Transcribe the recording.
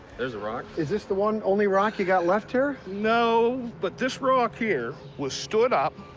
there's a rock. is this the one, only rocky you got left here? no, but this rock here was stood up.